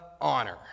honor